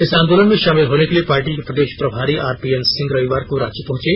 इस आंदोलन में शामिल होने के लिए पार्टी के प्रदेश प्रभारी आरपीएन सिंह रविवार को रांची पहुंचे